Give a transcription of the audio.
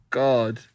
god